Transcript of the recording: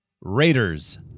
Raiders